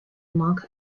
manque